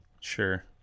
Sure